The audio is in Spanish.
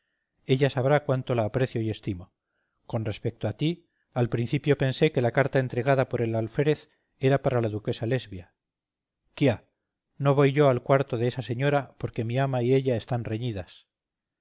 ella sabrá cuánto la aprecio y estimo con respecto a ti al principio pensé que la carta entregada por el alférez era para la duquesa lesbia quiá no voy yo al cuarto de esa señora porque mi ama y ella están reñidas